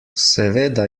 seveda